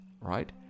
right